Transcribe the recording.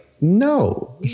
no